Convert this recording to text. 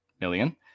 million